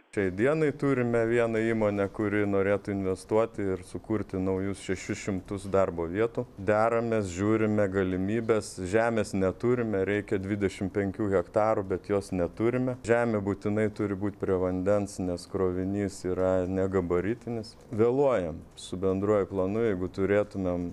tai dienai turime vieną įmonę kuri norėtų investuot ir sukurti naujus šešis šimtus darbo vietų deramės žiūrime galimybes žemės neturime reikia dvidešim penkių hektarų bet jos neturime žemė būtinai turi būt prie vandens nes krovinys yra negabaritinis vėluojam su bendruoju planu jeigu turėtumėm